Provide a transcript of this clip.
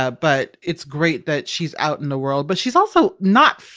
ah but it's great that she's out in the world. but she's also not,